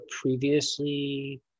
previously